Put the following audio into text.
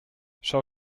schau